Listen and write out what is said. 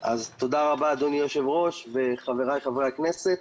תודה רבה אדוני היושב-ראש, וחבריי חברי הכנסת.